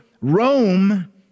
Rome